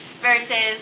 versus